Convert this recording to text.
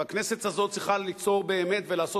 והכנסת הזאת צריכה ליצור באמת ולעשות